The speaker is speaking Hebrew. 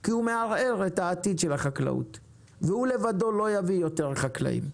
כי הוא מערער את העתיד של החקלאות והוא לבדו לא יביא יותר חקלאים,